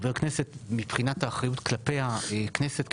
חבר כנסת מבחינת האחריות כלפי הכנסת,